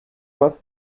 was